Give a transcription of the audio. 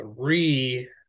three